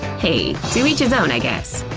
hey, to each his own, i guess.